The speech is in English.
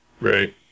Right